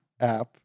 app